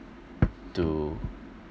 to